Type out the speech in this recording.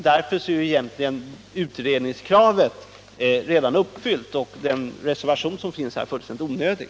Därför är utredningskravet egentligen redan uppfyllt och den reservation som här finns fullständigt onödig.